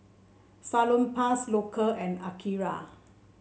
Salonpas Loacker and Akira